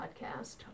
podcast